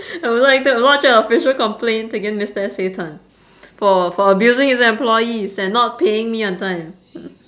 I would like to lodge a official complaint against mister S A tan for for abusing his employees and not paying me on time